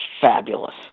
fabulous